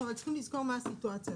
אנחנו צריכים לזכור מה הסיטואציה.